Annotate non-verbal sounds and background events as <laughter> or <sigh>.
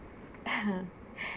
<coughs>